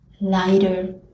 lighter